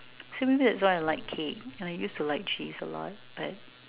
so maybe that's why I like cake and I used to like cheese a lot but